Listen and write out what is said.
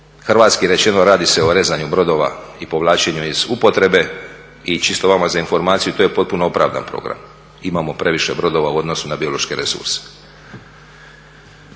hrvatski rečeno radi se o rezanju brodova i povlačenju iz upotrebe i čisto vama za informaciju, to je potpuno opravdan program. Imamo previše brodova u odnosu na biološke resurse.